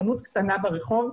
חנות קטנה ברחוב,